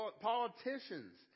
politicians